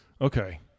Okay